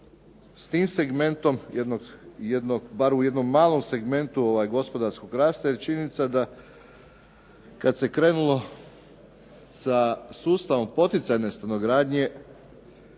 s tim segmentom bar u jednom malom segmentu gospodarskog rasta, jer je činjenica da kada se krenulo sa sustavom poticanja stanogradnje,